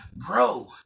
bro